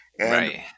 Right